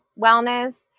wellness